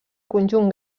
conjunt